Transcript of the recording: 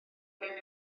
mewn